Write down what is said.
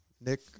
Nick